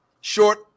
short